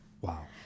Wow